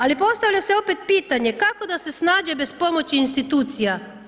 Ali postavlja se opet pitanje kako da se snađe bez pomoći institucija.